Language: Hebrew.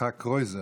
יצחק קרויזר,